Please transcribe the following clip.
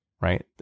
right